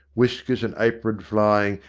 whiskers and apron flying,